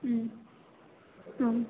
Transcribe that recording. उम औ